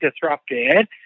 disrupted